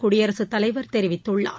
குடியரசுத் தலைவர் தெரிவித்துள்ளார்